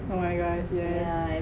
oh my god yes